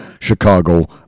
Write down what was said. Chicago